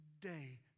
today